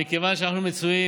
מכיוון שאנחנו מצויים